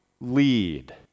lead